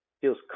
feels